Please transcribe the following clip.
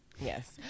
Yes